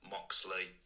Moxley